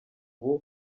ubu